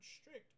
strict